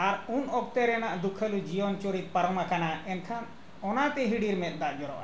ᱟᱨ ᱩᱱ ᱚᱠᱛᱚ ᱨᱮᱱᱟᱜ ᱫᱩᱠᱷᱟᱹᱞᱤ ᱡᱤᱭᱚᱱ ᱪᱩᱨᱤᱛ ᱯᱟᱨᱚᱢᱟᱠᱟᱱᱟ ᱮᱱᱠᱷᱟᱱ ᱚᱱᱟᱛᱮ ᱦᱤᱰᱤᱨ ᱢᱮᱫ ᱫᱟᱜ ᱡᱚᱨᱚᱜᱼᱟ